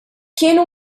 kienu